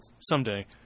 Someday